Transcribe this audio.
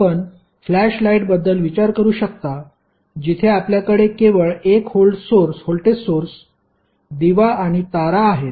आपण flash light बद्दल विचार करू शकता जिथे आपल्याकडे केवळ एक व्होल्टेज सोर्स दिवा आणि तारा आहेत